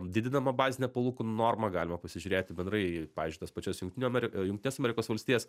didinama bazinė palūkanų norma galima pasižiūrėti bendrai pavyzdžiui tas pačias jungtinių ameri jungtines amerikos valstijas